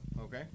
okay